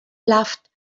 laughed